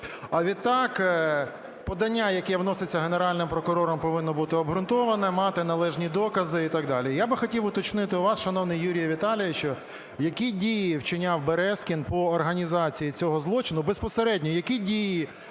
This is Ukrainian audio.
А відтак подання, яке вноситься Генеральним прокурором, повинно бути обґрунтованим, мати належні докази і так далі. Я би хотів уточнити у вас, шановний Юрій Віталійовичу, які дії вчиняв Березкін по організації цього злочину? Безпосередньо які дії: